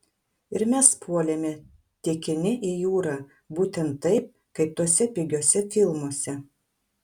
ir mes puolėme tekini į jūrą būtent taip kaip tuose pigiuose filmuose